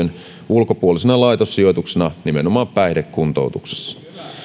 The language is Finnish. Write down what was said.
ulkopuolisena laitossijoituksena nimenomaan päihdekuntoutuksessa